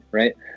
right